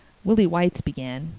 willie white's began,